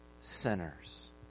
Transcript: sinners